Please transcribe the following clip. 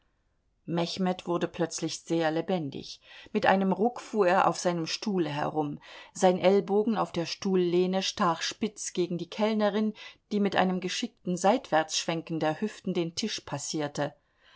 mechmed wurde plötzlich sehr lebendig mit einem ruck fuhr er auf seinem stuhle herum sein ellbogen auf der stuhllehne stach spitz gegen die kellnerin die mit einem geschickten seitwärtsschwenken der hüften den tisch passierte